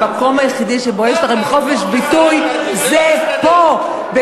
המקום היחידי שבו יש לכם חופש ביטוי זה פה,